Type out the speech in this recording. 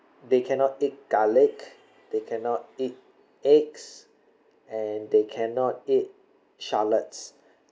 they cannot eat garlic they cannot eat eggs and they cannot eat shallots